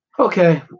Okay